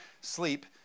sleep